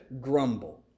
grumble